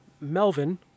Melvin